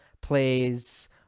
plays